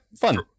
Fun